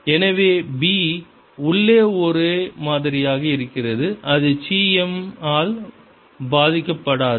எனவே b உள்ளே ஒரே மாதிரியாக இருக்கிறது அது சி m ஆல் பாதிக்கப்படாது